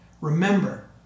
Remember